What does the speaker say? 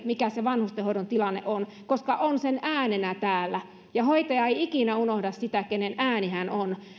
mikä se vanhustenhoidon tilanne on koska on sen äänenä täällä ja hoitaja ei ikinä unohda sitä kenen ääni hän on